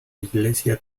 iglesia